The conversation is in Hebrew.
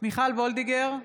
מיכל וולדיגר,